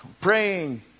praying